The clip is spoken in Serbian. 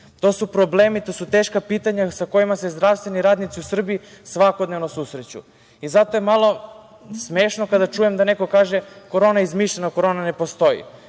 To su problemi, to su teška pitanja sa kojima se zdravstveni radnici u Srbiji svakodnevno susreću. Zato je malo smešno kada čujem da neko kaže – korona je izmišljena, korona ne postoji.